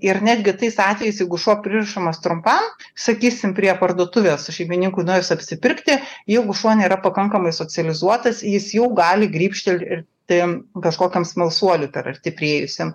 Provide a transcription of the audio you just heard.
ir netgi tais atvejais jeigu šuo pririšamas trumpam sakysim prie parduotuvės o šeimininkui nuėjus apsipirkti jeigu šuo nėra pakankamai socializuotas jis jau gali grybštel ir ten kažkokiam smalsuoliui per arti priėjusiam